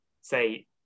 say